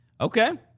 Okay